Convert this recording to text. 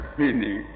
meaning